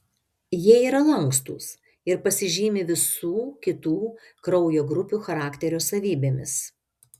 jie yra lankstūs ir pasižymi visų kitų kraujo grupių charakterio savybėmis